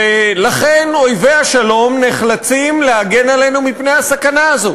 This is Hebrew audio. ולכן אויבי השלום נחלצים להגן עלינו מפני הסכנה הזאת